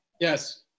Yes